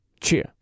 Cheer